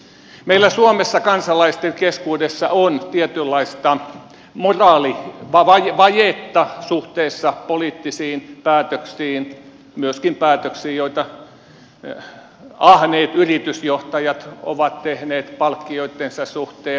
meillä suomessa kansalaisten keskuudessa on tietynlaista moraalivajetta suhteessa poliittisiin päätöksiin myöskin päätöksiin joita ahneet yritysjohtajat ovat tehneet palkkioittensa suhteen